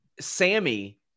Sammy